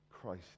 Christ